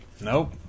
Nope